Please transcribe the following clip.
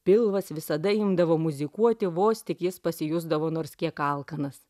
pilvas visada imdavo muzikuoti vos tik jis pasijusdavo nors kiek alkanas